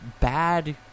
bad